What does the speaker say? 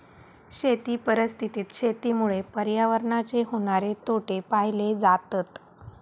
शेती परिस्थितीत शेतीमुळे पर्यावरणाचे होणारे तोटे पाहिले जातत